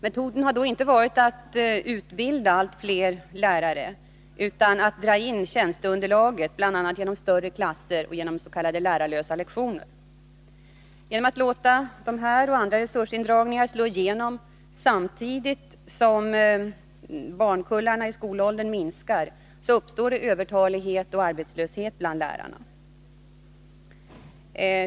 Metoden har inte varit att utbilda allt flera lärare utan att dra in tjänstgöringsunderlaget, bl.a. genom större klasser och s.k. lärarlösa lektioner. Genom att man låter dessa och andra resursindragningar slå igenom samtidigt som barnkullarna i skolåldern minskar uppstår övertalighet och arbetslöshet bland lärarna.